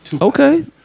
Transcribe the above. Okay